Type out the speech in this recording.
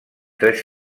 tres